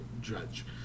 judge